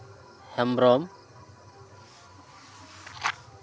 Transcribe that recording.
Hembrom